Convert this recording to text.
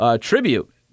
tribute